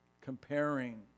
comparing